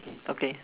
okay